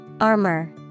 armor